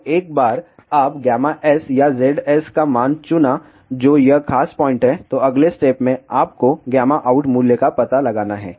तो एक बार आप S या ZS मान को चुना जो यह खास पॉइंट हैतो अगले स्टेप में आपको out मूल्य का पता लगाना है